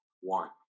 one